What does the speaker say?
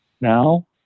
Now